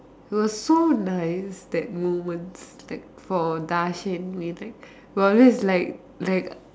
was so nice that moments that for Darshan we like we always like like